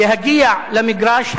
להגיע למגרש.